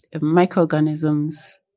microorganisms